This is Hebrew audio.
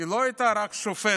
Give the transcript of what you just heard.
לא הייתה רק שופטת,